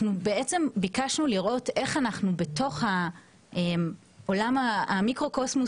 ביקשנו לראות איך אנחנו בתוך עולם המיקרו קוסמוס